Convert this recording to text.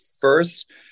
first